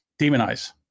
demonize